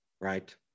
right